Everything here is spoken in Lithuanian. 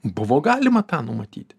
buvo galima tą numatyti